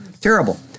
terrible